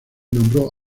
nombró